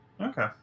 Okay